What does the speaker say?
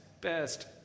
best